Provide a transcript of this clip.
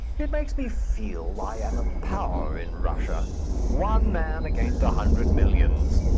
it makes me feel i am a power in russia one man against a hundred millions!